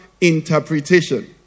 interpretation